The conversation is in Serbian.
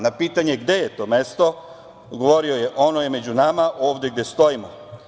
Na pitanje - gde je to mesto, odgovorio je: "Ono je među nama, ovde gde stojimo.